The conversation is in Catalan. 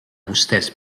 vostès